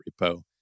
repo